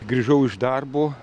grįžau iš darbo